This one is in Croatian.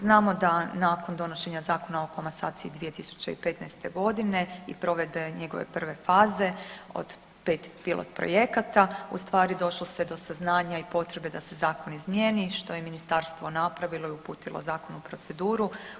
Znamo da nakon donošenja Zakona o komasaciji 2015. godine i provedbe njegove prve faze od 5 pilot projekata u stvari došlo se do saznanja i potrebe da se zakon izmijeni što je ministarstvo napravilo i uputilo zakon u proceduru.